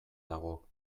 dago